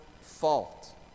fault